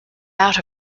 out